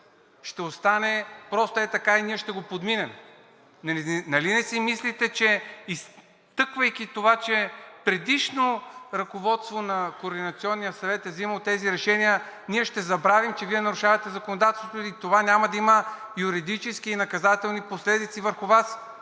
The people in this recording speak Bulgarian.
ще остане просто ей така и ние ще подминем? Нали не си мислите, че изтъквайки това, че предишно ръководство на Координационния съвет е взимало тези решения, ние ще забравим, че Вие нарушавате законодателството ни и това няма да има юридически и наказателни последици върху Вас?